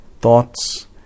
thoughts